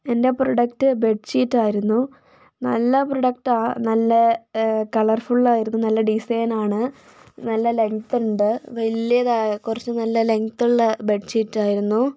എന്റെ product bedsheet ആയിരുന്നു നല്ല പ്രൊഡക്ടാണ് നല്ല കളർഫുൾ ആയിരുന്നു നല്ല ഡിസൈൻ ആണ് നല്ല ലെങ്ങ്ത്ത് ഉണ്ട് വലിയത് കുറച്ച് നല്ല ലെങ്ങ്ത്തുള്ള ബെഡ്ഷീറ്റ് ആയിരുന്നു